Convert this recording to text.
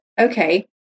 okay